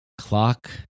clock